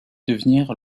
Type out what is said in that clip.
devenir